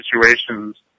situations